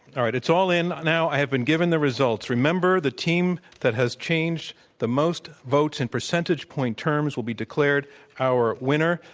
all right, it's all in now. i have been given the results. remember, the team that has changed the most votes in percentage point terms will be declared our winner.